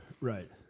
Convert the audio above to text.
Right